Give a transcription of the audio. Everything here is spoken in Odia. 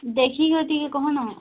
ଦେଖିକରି ଟିକେ କହୁନ